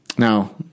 Now